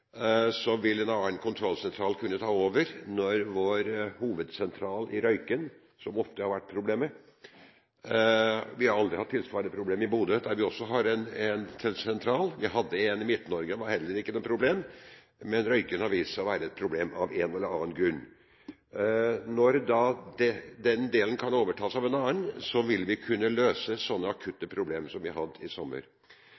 vil en annen kontrollsentral kunne ta over for vår hovedsentral i Røyken, som ofte har vært problemet. Vi har aldri hatt tilsvarende problemer i Bodø, der vi også har en sentral. Vi hadde en sentral i Midt-Norge, det var heller ikke noe problem. Men Røyken har vist seg å være et problem av en eller annen grunn. Når den delen kan overtas av en annen, vil vi kunne løse sånne